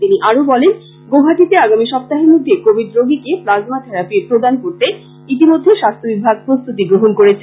তিনি বলেন যে গৌহাটিতে আগামী সপ্তাহের মধ্যে কিবিড রোগীকে প্লাজমা থেরাপি প্রদান করতে ইতিমধ্যে স্বাস্থ্য বিভাগ প্রস্তুতু গ্রহণ করেছে